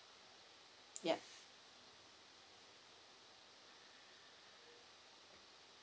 yup